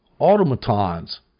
automatons